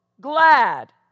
glad